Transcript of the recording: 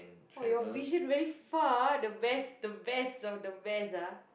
oh your vision very far ah the best the best of the best ah